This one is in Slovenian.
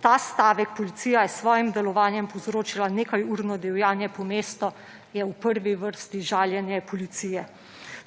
ta stavek, »Policija je s svojim delovanjem povzročila nekajurno divjanje po mestu«, je v prvi vrsti žaljenje policije.